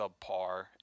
subpar